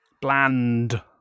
bland